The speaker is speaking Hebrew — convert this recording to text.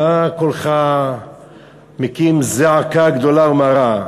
מה כולך מקים זעקה גדולה ומרה?